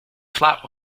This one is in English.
flat